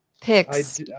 Picks